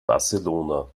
barcelona